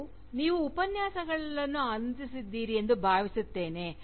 ನಾನು ನೀವು ಉಪನ್ಯಾಸಗಳನ್ನು ಆನಂದಿಸಿದ್ದೀರಿ ಎಂದು ಭಾವಿಸುತ್ತೇನೆ